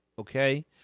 Okay